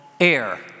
Air